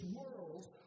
world